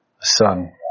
son